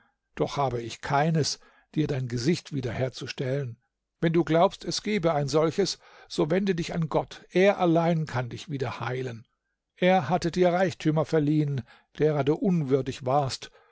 doch habe ich keines dir dein gesicht wiederherzustellen wenn du glaubst es gebe ein solches so wende dich an gott er allein kann dich wieder heilen er hatte dir reichtümer verliehen deren du unwürdig warst